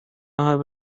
halbe